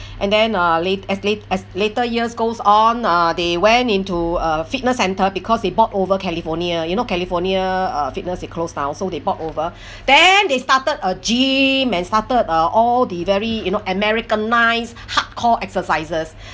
and then uh late as late as later years goes on ah they went into uh fitness centre because they bought over california you know california uh fitness they closed down so they bought over then they started a gym and started uh all the very you know americanised hardcore exercises